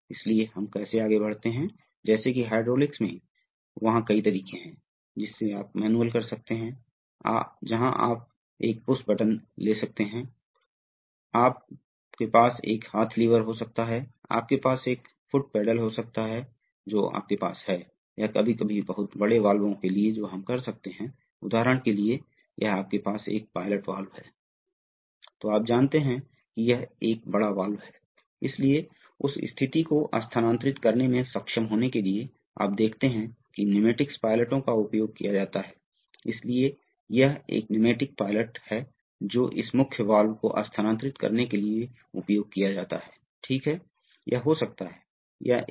इसलिए यदि आप हाइड्रोलिक सिस्टम का उपयोग करके पिघला हुआ स्टील ले जा रहे हैं तो निश्चित प्राकृतिक आवृत्ति है यदि आप स्पिलओवर के साथ पिघले हुए स्टील की तुलना में उस आवृत्ति पर इनपुट देते हैं तो स्थानांतरित कर उस आवृत्ति को काटने वाले हैं जोकि नहीं होगा लिक्विड स्टील में या कुछ और तरंगें पैदा नहीं होंगी इन उद्देश्यों के इनपुट को निश्चित आवृत्तियों के साथ काट दिया जाना चाहिए यह विशिष्ट लूप है